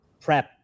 prep